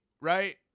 right